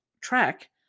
track